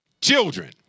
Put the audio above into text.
Children